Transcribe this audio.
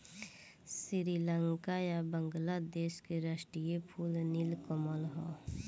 श्रीलंका आ बांग्लादेश के राष्ट्रीय फूल नील कमल ह